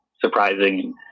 surprising